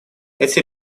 эти